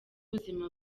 ubuzima